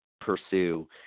pursue